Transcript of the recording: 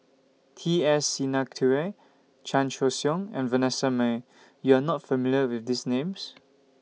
T S Sinnathuray Chan Choy Siong and Vanessa Mae YOU Are not familiar with These Names